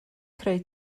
creu